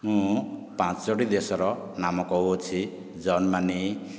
ମୁଁ ପାଞ୍ଚୋଟି ଦେଶର ନାମ କହୁଅଛି ଜର୍ମାନୀ